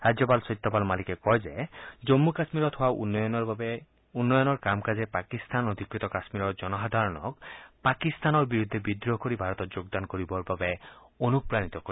ৰাজ্যপাল সত্যপাল মালিকে কয় যে জম্মু কামীৰত হোৱা উন্নয়নৰ কাম কাজে পাকিস্তান অধিকৃত কামীৰৰ জনসাধাৰণক পাকিস্তানৰ বিৰুদ্ধে বিদ্ৰোহ কৰি ভাৰতত যোগদান কৰিবৰ বাবে অনুপ্ৰাণিত কৰিব